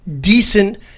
decent